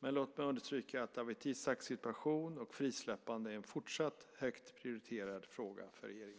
men låt mig understryka att Dawit Isaaks situation och frisläppande är en fortsatt högt prioriterad fråga för regeringen.